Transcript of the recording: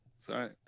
Sorry